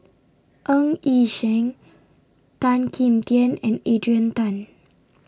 Ng Yi Sheng Tan Kim Tian and Adrian Tan